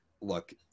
Look